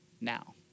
now